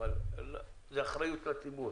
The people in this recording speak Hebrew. אבל זאת אחריות לציבור